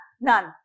none